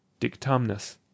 dictamnus